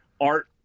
art